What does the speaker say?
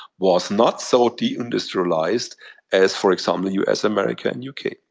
was not so deindustrialized as, for example, u s, america and u k.